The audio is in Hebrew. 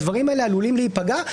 הדברים האלה עלולים להיפגע,